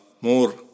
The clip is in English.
more